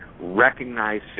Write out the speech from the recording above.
Recognize